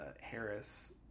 Harris